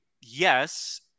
yes